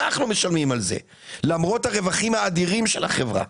אנחנו משלמים על זה למרות הרווחים האדירים של החברה.